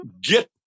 get